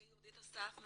אני יהודית אסף,